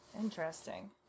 Interesting